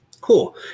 cool